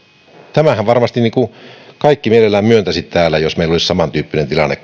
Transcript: tämänhän varmasti kaikki mielellään myöntäisivät täällä että jos meillä olisi samantyyppinen tilanne